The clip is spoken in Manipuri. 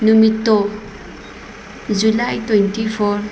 ꯅꯨꯃꯤꯠꯇꯣ ꯖꯨꯂꯥꯏ ꯇ꯭ꯋꯦꯟꯇꯤ ꯐꯣꯔ